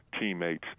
teammates